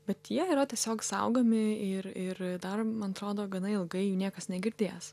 bet jie yra tiesiog saugomi ir ir dar man atrodo gana ilgai jų niekas negirdės